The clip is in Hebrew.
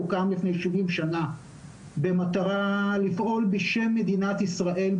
הוקם לפני 70 שנה במטרה לפעול בשם מדינת ישראל,